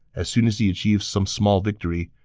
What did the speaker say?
as soon as he achieves some small victory,